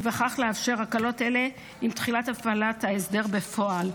ובכך לאפשר הקלות אלה עם תחילה הפעלת ההסדר בפועל.